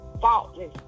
faultless